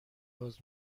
باز